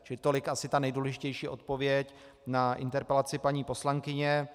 Čili tolik asi ta nejdůležitější odpověď na interpelaci paní poslankyně.